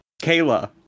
Kayla